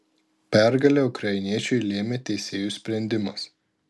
pergalę ukrainiečiui lėmė teisėjų sprendimas